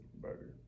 Burger